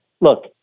look